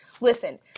Listen